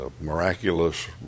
miraculous